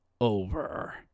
over